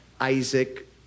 Isaac